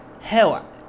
Hell